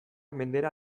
mendera